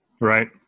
Right